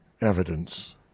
evidence